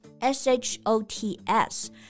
s-h-o-t-s